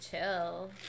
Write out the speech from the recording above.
chill